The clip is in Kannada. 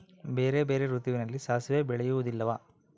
ಬೇರೆ ಬೇರೆ ಋತುವಿನಲ್ಲಿ ಸಾಸಿವೆ ಬೆಳೆಯುವುದಿಲ್ಲವಾ?